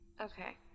Okay